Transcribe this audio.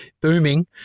booming